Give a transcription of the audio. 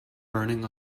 burning